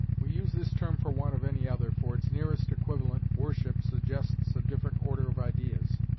we use this term for want of any other, for its nearest equivalent, worship, suggests a different order of ideas.